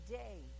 day